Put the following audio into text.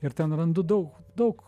ir ten randu daug daug